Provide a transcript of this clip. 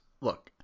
look